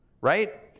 right